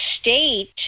state